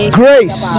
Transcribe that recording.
grace